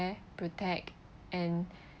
protect and